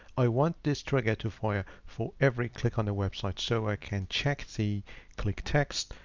i want this trigger to fire for every click on the website so i can check the click text,